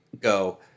go